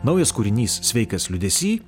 naujas kūrinys sveikas liūdesy